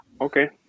Okay